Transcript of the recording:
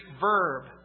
verb